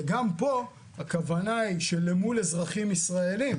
גם פה הכוונה היא, שלמול אזרחים ישראליים,